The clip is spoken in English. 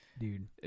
Dude